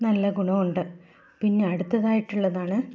നല്ല ഗുണമുണ്ട് പിന്നെ അടുത്തതായിട്ട് ഉള്ളതാണ്